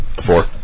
Four